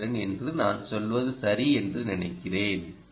செயல்திறன் என்று நான் சொல்வது சரி என்று நினைக்கிறேன்